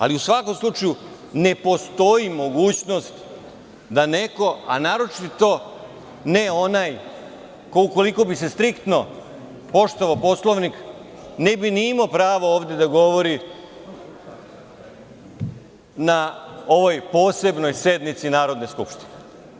Ali, u svakom slučaju, ne postoji mogućnost da neko, a naročito ne onaj ko, ukoliko bi se striktno poštovao Poslovnik, ne bi ni imao pravo ovde da govori na ovaj posebnoj sednici Narodne skupštine.